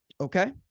Okay